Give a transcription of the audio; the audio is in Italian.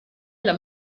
alla